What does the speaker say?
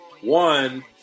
one